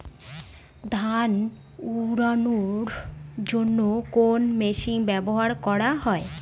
ধান উড়ানোর জন্য কোন মেশিন ব্যবহার করা হয়?